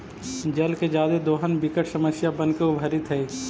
जल के जादे दोहन विकट समस्या बनके उभरित हई